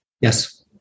Yes